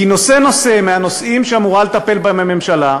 כי נושא-נושא מהנושאים שאמורה לטפל בהם הממשלה,